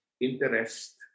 interest